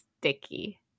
sticky